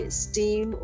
steam